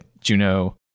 Juno